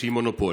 שהיא מונופול.